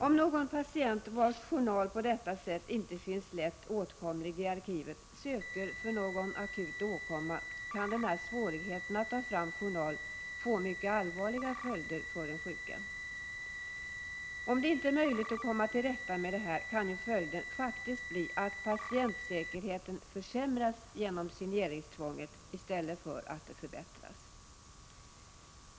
Om en patient, vars journal på detta sätt inte finns lätt åtkomlig i arkivet, söker för någon akut åkomma, kan denna svårighet att ta fram journalen få allvarliga följder för den sjuke. Om det inte är möjligt att komma till rätta med denna fråga, kan ju följden faktiskt bli att patientsäkerheten försämras genom signeringstvånget i stället för att förbättras.